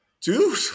dude